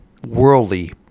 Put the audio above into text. Worldly